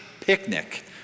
picnic